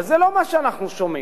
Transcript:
אבל זה לא מה שאנחנו שומעים,